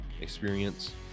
experience